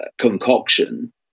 concoction